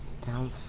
down